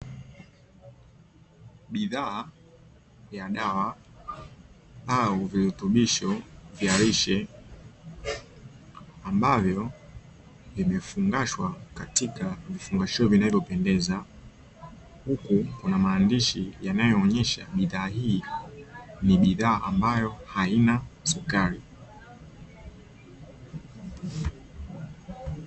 Bidhaa ya dawa au virutubisho vya lishe ambavyo vimefungashwa katika vifungoshio vinavyopendeza, huku kuna maandishi yanayoonyesha bidhaa hii ni bidhaa ambayo haina sukari.